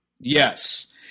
Yes